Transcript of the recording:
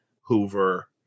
Hoover